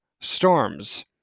storms